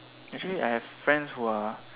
actually I have friends who are